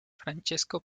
francesco